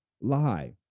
lie